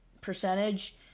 percentage